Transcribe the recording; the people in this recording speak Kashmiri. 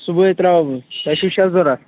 صُبحٲے ترٛاوَو بہٕ تۄہہِ چھِو شےٚ ضروٗرت